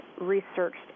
researched